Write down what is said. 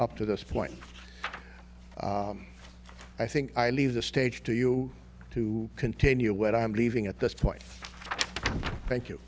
up to this point i think i leave the stage to you to continue what i am leaving at this point thank you